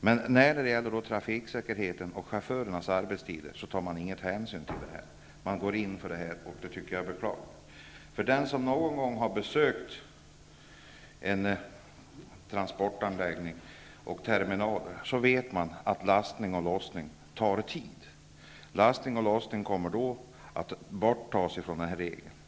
Men när det gäller trafiksäkerheten och chaufförernas arbetstid tas inga hänsyn. Man går in för detta förslag, och det tycker jag är beklagligt. Den som någon gång har besökt en transportanläggning, en terminal, vet att lastning och lossning tar tid. Lastning och lossning kommer nu att undantas från chaufförernas arbetstid.